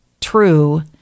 true